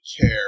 care